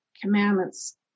commandments